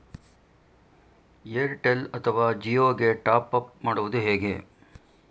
Airtel ಅಥವಾ ಜಿಯೊ ಗೆ top up ಮಾಡುವುದು ಹೇಗೆ?